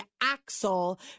Axel